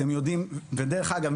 ודרך אגב,